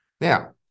Now